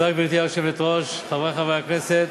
גברתי היושבת-ראש, תודה, חברי חברי הכנסת,